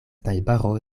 najbaro